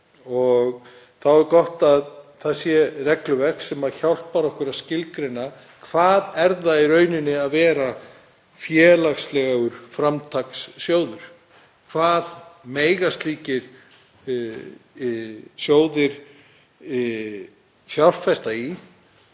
Þá er gott að það sé til regluverk sem hjálpar okkur að skilgreina hvað það er í rauninni að vera félagslegur framtakssjóður: Í hverju mega slíkir sjóðir fjárfesta